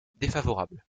défavorable